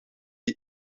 die